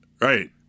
Right